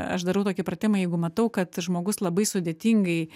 aš darau tokį pratimą jeigu matau kad žmogus labai sudėtingai